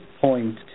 point